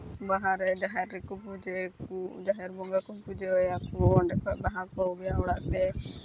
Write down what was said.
ᱵᱟᱦᱟᱨᱮ ᱡᱟᱦᱮᱨ ᱨᱮᱠᱚ ᱯᱩᱡᱟᱹᱭᱟᱠᱚ ᱡᱟᱦᱮᱨ ᱵᱚᱸᱜᱟ ᱠᱚ ᱯᱩᱡᱟᱹ ᱟᱭᱟᱠᱚ ᱚᱸᱰᱮ ᱠᱷᱚᱱ ᱵᱟᱦᱟ ᱠᱚ ᱟᱹᱜᱩᱭᱟ ᱚᱲᱟᱜ ᱛᱮ